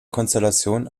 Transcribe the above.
konstellation